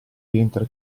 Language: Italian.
rientra